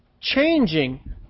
changing